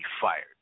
fired